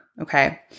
Okay